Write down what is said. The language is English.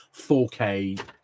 4K